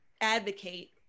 advocate